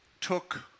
took